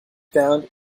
found